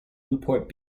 newport